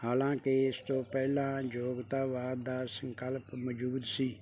ਹਾਲਾਂਕਿ ਇਸ ਤੋਂ ਪਹਿਲਾਂ ਯੋਗਤਾ ਵਾਦ ਦਾ ਸੰਕਲਪ ਮੌਜੂਦ ਸੀ